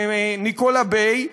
ניקולה באי,